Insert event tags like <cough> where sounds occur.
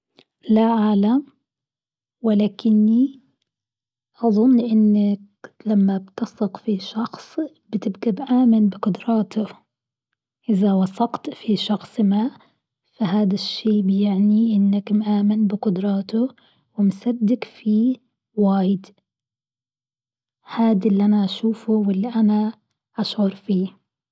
لا أعلم ولكني أظن أنك لما بتثق في شخص بتبقى بامن بقدراته، إذا وثقت في شخص ما فهدا الشيء بيعني إنك مآمن بقدراته ومصدق فيه واجد هاد اللي أنا أشوفه واللي أنا أشعر فيه. <فهم خاطيء للسؤال>